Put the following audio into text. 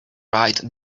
write